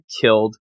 killed